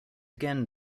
again